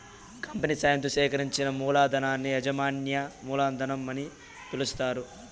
company సాయంతో సేకరించిన మూలధనాన్ని యాజమాన్య మూలధనం అని పిలుస్తారు